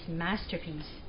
masterpiece